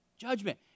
Judgment